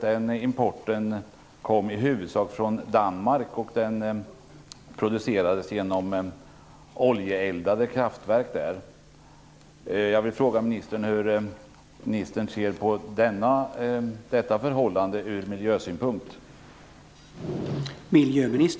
Den importen kom i huvudsak från Danmark och producerades vid oljeeldade kraftverk där. Hur ser ministern från miljösynpunkt på det förhållandet?